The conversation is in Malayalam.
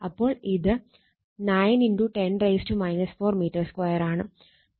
അതിനാൽ A 3 സെന്റിമീറ്റർ സൈഡ് ആണ് അപ്പോൾ ഇത് 9 10 4 m2 ആണ്